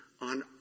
on